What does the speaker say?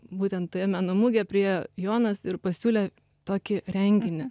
būtent toje meno mugėje priėjo jonas ir pasiūlė tokį renginį